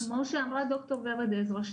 כמו שאמרה דוקטור ורד עזרא,